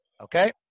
okay